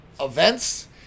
events